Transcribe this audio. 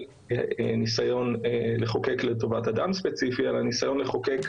ניסיון לחוקק לטובת אדם ספציפי אלא ניסיון לחוקק